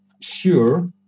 sure